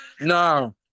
No